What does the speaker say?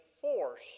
force